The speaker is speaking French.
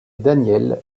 daniel